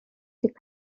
deg